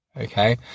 Okay